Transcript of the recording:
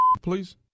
Please